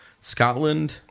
Scotland